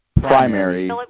primary